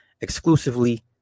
exclusively